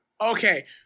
Okay